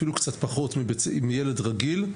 אפילו קצת פחות מילד רגיל,